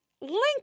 link